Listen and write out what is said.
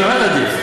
עדיף, באמת עדיף.